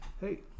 hey